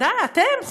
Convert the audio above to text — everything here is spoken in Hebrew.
אתם,